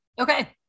Okay